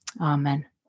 Amen